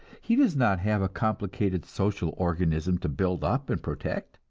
he does not have a complicated social organism to build up and protect,